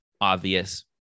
obvious